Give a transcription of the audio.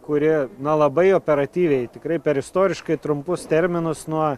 kuri na labai operatyviai tikrai per istoriškai trumpus terminus nuo